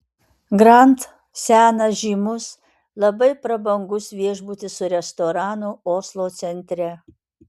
grand senas žymus labai prabangus viešbutis su restoranu oslo centre